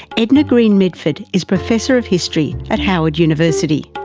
edna greene medford is professor of history at howard university.